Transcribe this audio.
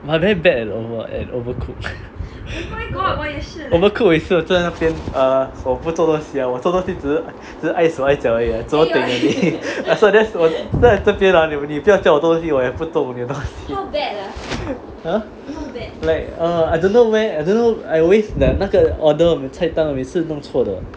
!wah! I very bad at the over overcook overcook 我每次在那边 uh 我不做东西我做东西只是碍手碍脚而已 zhuo teng only 我站这边你不要叫我做东西我也不做你的东西 !huh! I don't I don't know the order always 菜单我每次弄错的